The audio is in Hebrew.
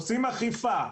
עושים אכיפה,